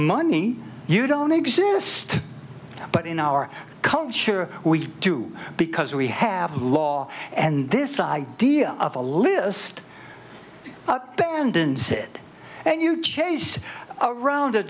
money you don't exist but in our culture we do because we have law and this idea of a list bandon sit and you chase around a